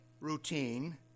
routine